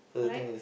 correct